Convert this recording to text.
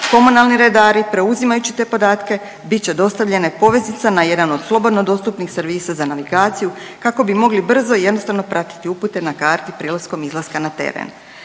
Komunalni redari preuzimajući te podatke bit će dostavljene poveznica na jedan od slobodno dostupnih servisa za navigaciju kako bi mogli brzo i jednostavno pratiti upute na karti prilikom izlaska na teren.